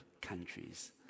countries